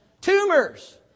Tumors